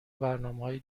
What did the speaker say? برنامههای